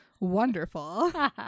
Wonderful